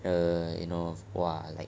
err you know !wah! like